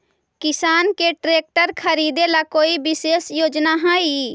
किसान के ट्रैक्टर खरीदे ला कोई विशेष योजना हई?